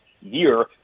year